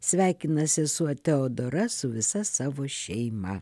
sveikina sesuo teodora su visa savo šeima